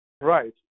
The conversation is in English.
Right